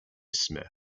smith